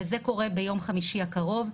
וזה קורה ביום חמישי הקרוב.